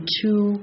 two